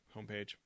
homepage